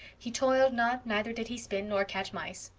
he toiled not neither did he spin or catch mice.